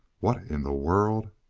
what in the world